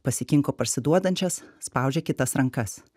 pasikinko parsiduodančias spaudžia kitas rankas